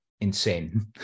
insane